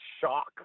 shock